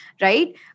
right